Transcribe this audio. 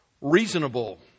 reasonable